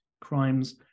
crimes